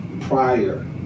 prior